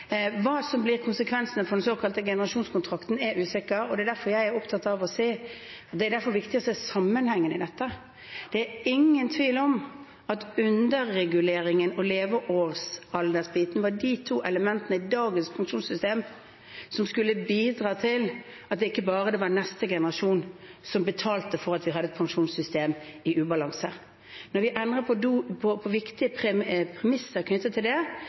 Hva som blir konsekvensene for den såkalte generasjonskontrakten, er usikkert, og det er derfor viktig å se sammenhengen i dette. Det er ingen tvil om at underreguleringen og levealdersbiten var de to elementene i dagens pensjonssystem som skulle bidra til at det ikke bare var neste generasjon som betalte for at vi hadde et pensjonssystem i ubalanse. Når vi endrer på viktige premisser knyttet til det,